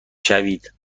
شوید